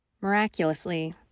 Miraculously